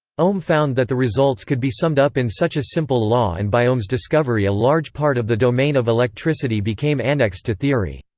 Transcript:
ohm found that the results could be summed up in such a simple law and by ohm's discovery a large part of the domain of electricity became annexed to theory.